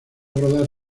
rodar